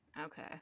okay